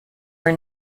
were